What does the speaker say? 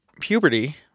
puberty